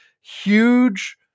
huge